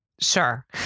Sure